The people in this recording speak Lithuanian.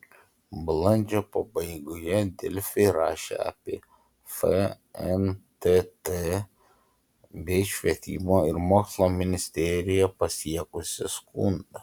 balandžio pabaigoje delfi rašė apie fntt bei švietimo ir mokslo ministeriją pasiekusį skundą